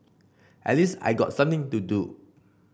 at least I got something to do